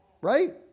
right